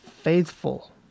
faithful